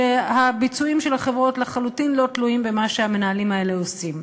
והביצועים של החברות לחלוטין לא תלויים במה שהמנהלים האלה עושים.